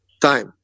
time